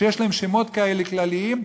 שיש להם שמות כאלה כלליים,